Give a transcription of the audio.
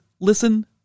listen